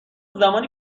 زمانی